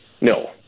No